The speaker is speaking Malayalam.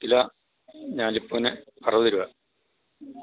വില ഞാലിപ്പൂവന് അറുപത് രൂപ